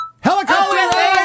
Helicopter